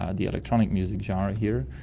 ah the electronic music genre here,